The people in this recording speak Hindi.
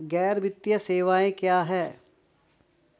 गैर वित्तीय सेवाएं क्या हैं?